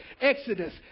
Exodus